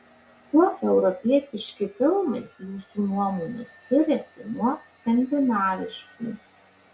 kuo europietiški filmai jūsų nuomone skiriasi nuo skandinaviškų